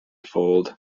fold